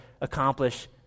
accomplish